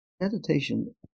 meditation